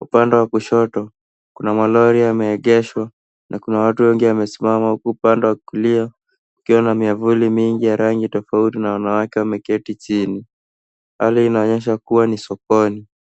Upande wa kushoto kuna malori yameegeshwa na kuna watu wengi wamesimama huku upande wa kulia kukiwa na miavuli mingi ya rangi tofauti na wanawake wameketi chini. Hali inaonyesha kuwa ni sokoni.